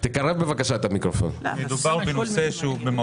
בנושא הזה פניתי אליך אתמול כי פנו אלינו ואני